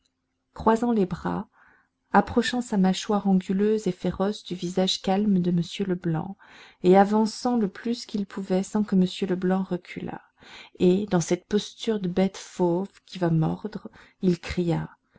croisant les bras approchant sa mâchoire anguleuse et féroce du visage calme de m leblanc et avançant le plus qu'il pouvait sans que m leblanc reculât et dans cette posture de bête fauve qui va mordre il cria